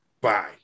Bye